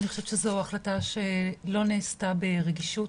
אני חושב שזו החלטה שלא נעשתה ברגישות,